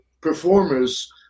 performers